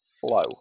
flow